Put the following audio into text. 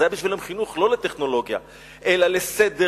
זה היה בשבילם חינוך לא לטכנולוגיה אלא לסדר,